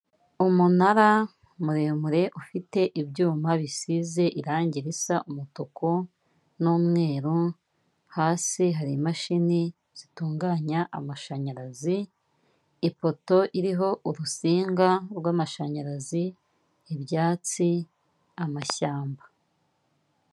Umunara muremure, ufite ibyuma bisize irangi risa umutuku, n'umweru, hasi hari imashini zitunganya amashanyarazi, ipoto iriho urusinga rw'amashanyarazi, ibyatsi, amashyamba.